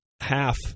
half